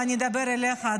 ואני אדבר אליך,